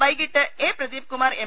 വൈകീട്ട് A Pradeepkumar M